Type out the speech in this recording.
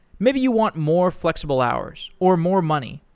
maybe you want more flexible hours, or more money,